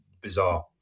bizarre